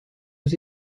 aux